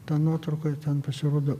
tą nuotrauką ten pasirodo